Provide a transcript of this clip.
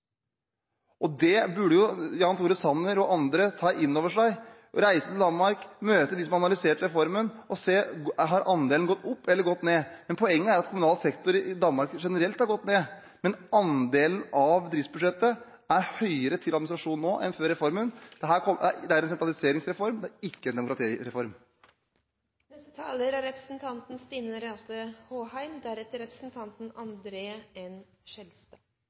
Det burde Jan Tore Sanner og andre ta inn over seg, og reise til Danmark, møte dem som har analysert reformen, og se om andelen har gått opp eller ned. Poenget er at kommunal sektor i Danmark generelt har gått ned, men andelen av driftsbudsjettet som går til administrasjon, er høyere nå enn før reformen. Dette er en sentraliseringsreform, det er ikke en demokratireform. I Oppland har vi mange ordførere som er i gang med en